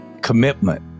Commitment